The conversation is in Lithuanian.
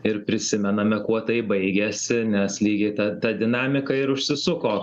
ir prisimename kuo tai baigėsi nes lygiai ta ta dinamika ir užsisuko